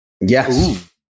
Yes